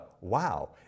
wow